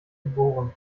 geboren